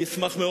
אני אשמח,